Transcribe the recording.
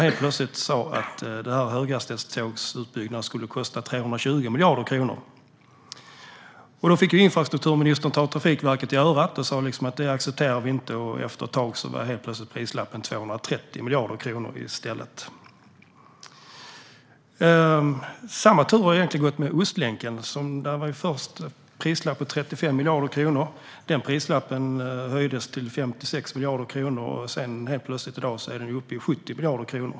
Helt plötsligt sa man att den här höghastighetstågsutbyggnaden skulle kosta 320 miljarder. Infrastrukturministern fick ta Trafikverket i örat och säga att detta accepterar vi inte, och efter ett tag var plötsligt prislappen 230 miljarder i stället. Samma turer har det egentligen varit med Ostlänken. Där var prislappen först 35 miljarder. Den prislappen höjdes till 56 miljarder, och i dag är det helt plötsligt uppe i 70 miljarder.